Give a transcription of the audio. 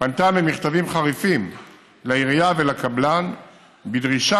פנתה במכתבים חריפים לעירייה ולקבלן בדרישה